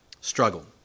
struggle